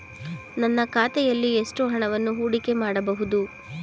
ನನ್ನ ಖಾತೆಯಲ್ಲಿ ಎಷ್ಟು ಹಣವನ್ನು ಹೂಡಿಕೆ ಮಾಡಬಹುದು?